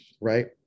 right